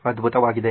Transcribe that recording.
ಅದ್ಭುತವಾಗಿದೆ